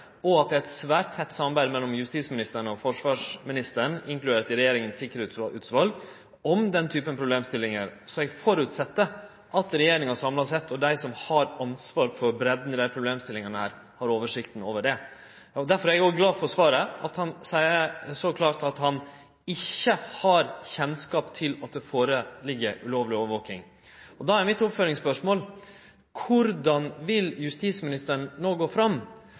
og at det er eit svært tett samarbeid mellom justisministeren og forsvarsministeren, inkludert regjeringas sikkerheitsutval, om den typen problemstillingar. Så eg går ut frå at regjeringa samla sett og dei som har ansvar for breidda i desse problemstillingane, har oversikt over det. Eg er derfor glad for svaret, at statsråden så klart seier at han ikkje har kjennskap til at det ligg føre ulovleg overvaking. Då er mitt oppfølgingsspørsmål: Korleis vil justisministeren no gå fram